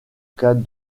cas